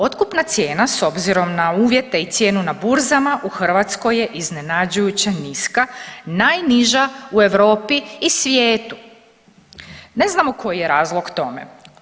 Otkupna cijena s obzirom na uvjete i cijenu na burzama u Hrvatskoj je iznenađujuće niska, najniža u Europi i svijetu, ne znamo koji je razlog tome.